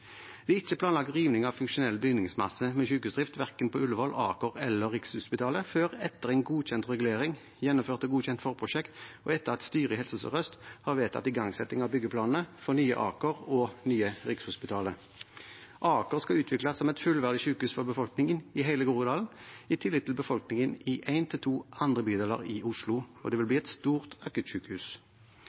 Det er ikke planlagt rivning av funksjonell bygningsmasse med sykehusdrift verken på Ullevål, Aker eller Rikshospitalet før etter en godkjent regulering, gjennomført og godkjent forprosjekt og etter at styret i Helse Sør-Øst har vedtatt igangsetting av byggeplanene for Nye Aker og Nye Rikshospitalet. Aker skal utvikles som et fullverdig sykehus for befolkningen i hele Groruddalen, i tillegg til befolkningen i en til to andre bydeler i Oslo. Det vil bli et stort